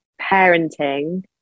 parenting